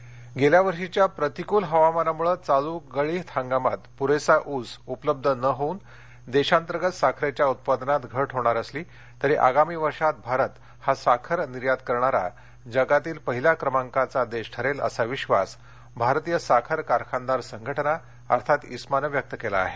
साखर गेल्या वर्षीच्या प्रतिकूल हवामानामुळं चालू गळीत हंगामात पुरेसा ऊस उपलब्ध न होऊन देशांतर्गत साखरेच्या उत्पादनात घट होणार असली तरी आगामी वर्षात भारत हा साखर निर्यात करणारा जगातील पहिल्या क्रमांकाचा देश ठरेल असा विश्वास भारतीय साखर कारखानदार संघटना अर्थात इस्माने व्यक्त केला आहे